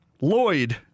Lloyd